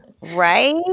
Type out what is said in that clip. Right